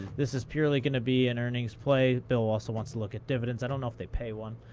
this is purely going to be an earnings play. bill also wants to look at dividends. i don't know if they pay one.